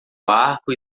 barco